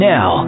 Now